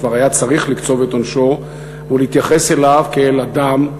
כבר היה צריך לקצוב את עונשו ולהתייחס אליו כאל אדם,